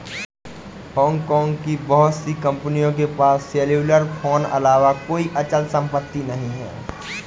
Hong Kong की बहुत सी कंपनियों के पास सेल्युलर फोन अलावा कोई अचल संपत्ति नहीं है